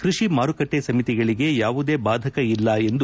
ಕೃಷಿ ಮಾರುಕಟ್ಟೆ ಸಮಿತಿಗಳಿಗೆ ಯಾವುದೇ ಬಾಧಕ ಇಲ್ಲ ಎಂದರು